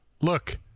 look